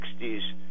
60's